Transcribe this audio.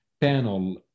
panel